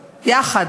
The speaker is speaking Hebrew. יחד,